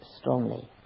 strongly